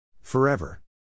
Forever